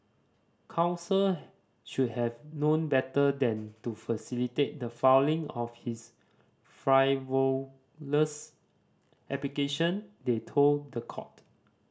counsel should have known better than to facilitate the falling of this frivolous application they told the court